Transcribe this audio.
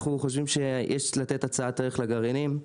אנחנו חושבים שיש לתת הצעת ערך לגרעינים,